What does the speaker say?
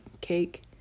cake